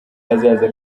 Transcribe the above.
hazaza